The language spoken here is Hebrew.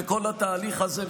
וכל התהליך הזה,